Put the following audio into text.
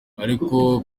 ariko